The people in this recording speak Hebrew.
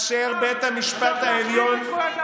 אתה מדבר על זכויות אדם?